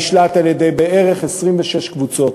נשלט על-ידי בערך 26 קבוצות,